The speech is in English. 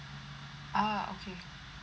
ah okay